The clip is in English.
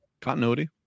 continuity